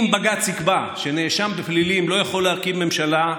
אם בג"ץ יקבע שנאשם בפלילים לא יכול להרכיב ממשלה,